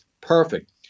Perfect